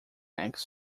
eggs